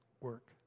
work